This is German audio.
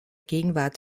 gegenwart